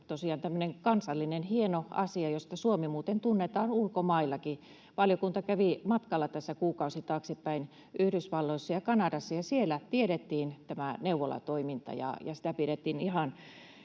tosiaan tämmöinen kansallinen hieno asia, josta Suomi muuten tunnetaan ulkomaillakin. Valiokunta kävi matkalla tässä kuukausi taaksepäin Yhdysvalloissa ja Kanadassa, ja siellä tiedettiin tämä neuvolatoiminta, ja sitä pidettiin ihan